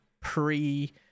Pre